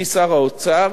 אני שר האוצר